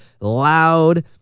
loud